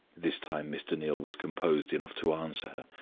this time mr. neal was composed enough to answer her.